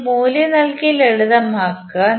നിങ്ങൾ മൂല്യം നൽകി ലളിതമാക്കുക